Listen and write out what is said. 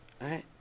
right